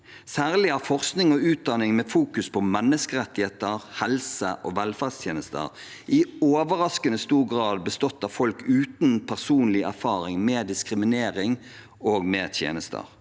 Særlig har forskning og utdanning med fokus på menneskerettigheter, helse og velferdstjenester i overraskende stor grad bestått av folk uten personlig erfaring med diskriminering og med tjenester.